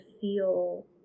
feel